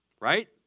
Right